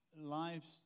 lives